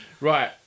Right